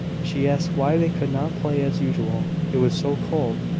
she asked why they could not play as usual. it was so cold!